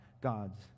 God's